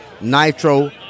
Nitro